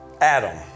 Adam